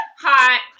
hot